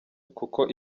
kuko